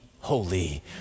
holy